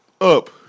up